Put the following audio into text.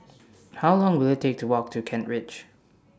How Long Will IT Take to Walk to Kent Ridge